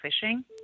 fishing